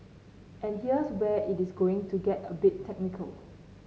and here's where it is going to get a bit technical